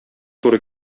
туры